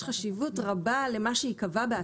חשיבות רבה למה שייקבע למה שיהיה בעתיד.